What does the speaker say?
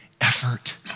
effort